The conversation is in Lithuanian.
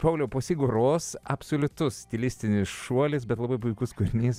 pauliau po siguros absoliutus stilistinis šuolis bet labai puikus kūrinys